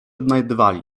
odnajdywali